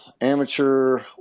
amateur